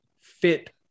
fit